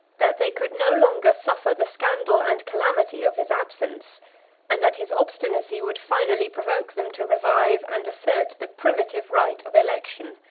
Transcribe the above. that they could no longer suffer the scandal and calamity of his absence and that his obstinacy would finally provoke them to revive and assert the primitive right of election.